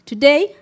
Today